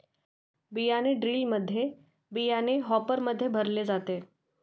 बियाणे ड्रिलमध्ये बियाणे हॉपरमध्ये भरले जाते